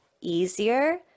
easier